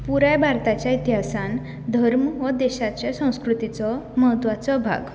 पुराय भारताच्या इतिहासांत धर्म हो देशाचे संस्कृतीचो म्हत्वाचो भाग